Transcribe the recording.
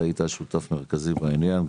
ואתה היית שותף מרכזי בעניין.